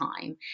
time